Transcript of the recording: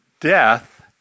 death